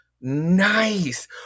Nice